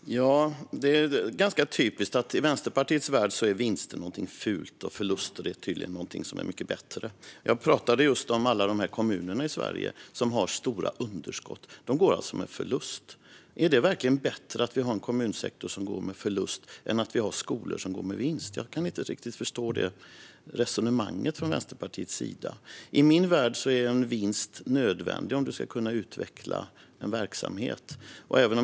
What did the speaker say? Fru talman! Detta är ganska typiskt. I Vänsterpartiets värld är vinster någonting fult. Förluster är tydligen något som är mycket bättre. Jag pratade just om alla de kommuner i Sverige som har stora underskott. De går alltså med förlust. Är det verkligen bättre att vi har en kommunsektor som går med förlust än att vi har skolor som går med vinst? Jag kan inte riktigt förstå det resonemanget från Vänsterpartiets sida. I min värld är en vinst nödvändig för att kunna utveckla en verksamhet.